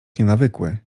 nienawykły